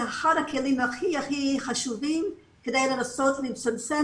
זה אחד הכלים הכי הכי חשובים כדי לנסות לצמצם